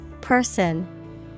Person